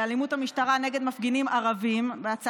על אלימות המשטרה נגד מפגינים ערבים,